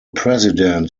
president